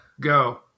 Go